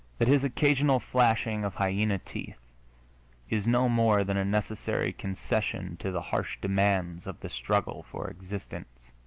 that his occasional flashing of hyena teeth is no more than a necessary concession to the harsh demands of the struggle for existence.